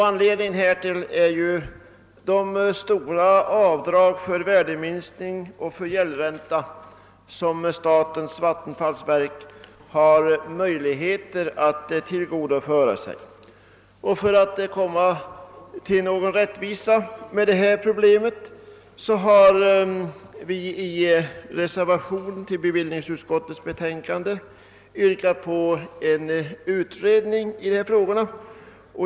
Anledningen härtill är ju de stora avdrag för värdeminskning och för gäldränta, som statens vattenfallsverk har möjligheter att tillgodogöra sig. För att åstadkomma rättvisa i denna fråga har vi i reservation till bevillningsutskottets betänkande yrkat på en utredning i frågan.